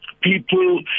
people